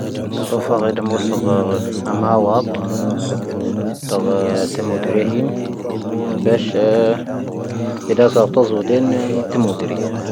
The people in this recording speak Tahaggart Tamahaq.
ⵙoⴼⴰ ⴳⵀⴻ ⴷⴻⵎoⵙⴰⴳ ⴰⵎⴰⵡⴰⴷ ⵜⴰⴳ ⵜⴻⵎⵓⴷⵔⴻ ⵀⴻⴻⵏ,. ⴱⴻⵙⵀ ⴻ ⴷⴰⵙ ⴰⵀⵜⴰⵣ ⵓⴷⵉⵏ ⵜⴻⵎⵓⴷⵔⴻ.